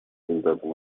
результатом